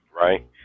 right